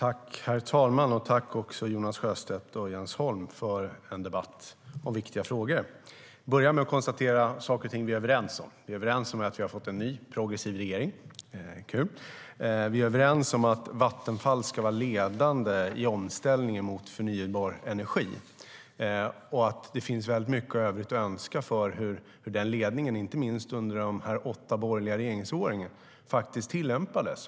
Herr talman! Jag tackar Jonas Sjöstedt och Jens Holm för en debatt om viktiga frågor. Jag börjar med att konstatera saker och ting som vi är överens om. Vi är överens om att vi har fått en ny och progressiv regering. Det är kul. Vi är överens om att Vattenfall ska vara ledande i omställningen mot förnybar energi och att det finns mycket i övrigt att önska när det gäller hur den ledningen, inte minst under de åtta borgerliga regeringsåren, faktiskt användes.